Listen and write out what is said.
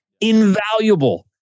invaluable